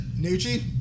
Nucci